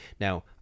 now